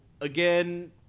again